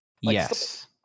Yes